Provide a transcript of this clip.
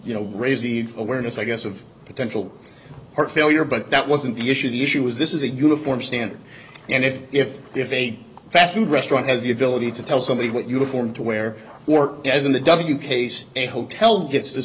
you know raise the awareness i guess of potential heart failure but that wasn't the issue the issue was this is a uniform standard and if if if a fast food restaurant has the ability to tell somebody what uniform to wear to work as in the w case a hotel gets to